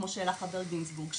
כפי שהעלה חבר הכנסת איתן גינזבורג,